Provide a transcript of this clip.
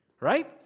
right